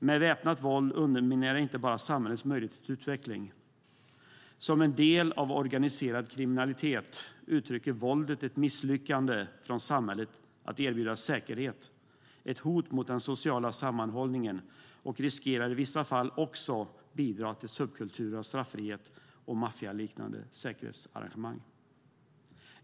Men väpnat våld underminerar inte bara samhällens möjligheter till utveckling. Som en del av organiserad kriminalitet uttrycker våldet ett misslyckande från samhället när det gäller att erbjuda säkerhet. Det utgör ett hot mot den sociala sammanhållningen och riskerar i vissa fall också att bidra till subkulturer av straffrihet och maffialiknande säkerhetsarrangemang.